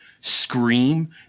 scream